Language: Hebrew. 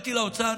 באתי לאוצר,